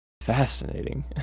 Fascinating